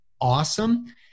awesome